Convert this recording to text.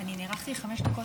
אני נערכתי לחמש דקות,